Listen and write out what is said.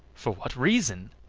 for what reason?